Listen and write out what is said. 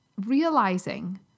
Realizing